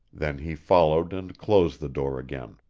then he followed and closed the door again.